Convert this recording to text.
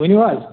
ؤنِو حظ